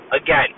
Again